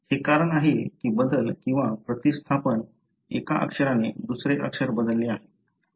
हे कारण आहे की बदल किंवा प्रतिस्थापन एका अक्षराने दुसरे अक्षर बदलले आहे